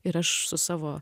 ir aš su savo